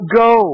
go